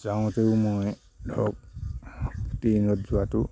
যাওঁতেও মই ধৰক ট্ৰেইনত যোৱাটো